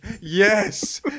Yes